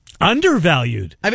Undervalued